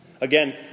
Again